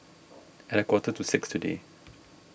a quarter to six today